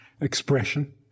expression